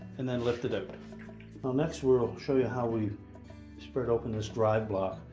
and then lift it out now, next, we'll show you how we spread open this drive block.